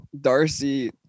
Darcy